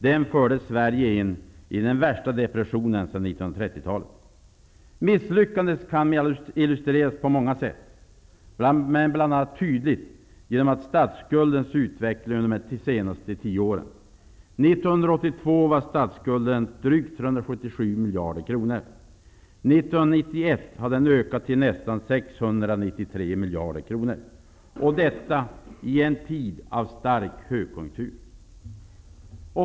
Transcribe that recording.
Den förde Sverige in i den värsta depressionen sedan 1930-talet. Misslyckandet kan illustreras på många sätt. Det illustreras t.ex. tydligt av statsskuldens utveckling under de senaste tio åren. 1982 var statsskulden drygt 377 miljarder kronor. 1991 hade den ökat till nästan 693 miljarder kronor. Detta skedde under en period av stark högkonjunktur.